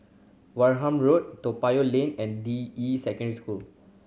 Wareham Road Toa Payoh Lane and Deyi Secondary School